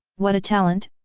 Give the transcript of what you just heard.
what a talent,